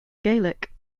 gaelic